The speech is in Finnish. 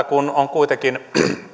kun on kuitenkin